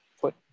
put